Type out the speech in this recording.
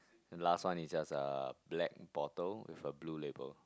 the last one is just uh black bottle with a blue label